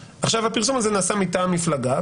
הפרסום הזה נעשה מטעם מפלגה,